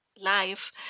life